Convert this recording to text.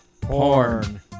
porn